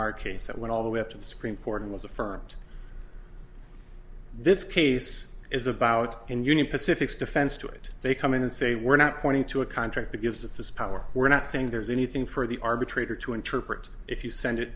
our case that went all the way up to the supreme court and was affirmed this case is about and union pacifics defense to it they come in and say we're not pointing to a contract that gives us this power we're not saying there's anything for the arbitrator to interpret if you send it